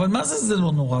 מה זה "לא נורא"?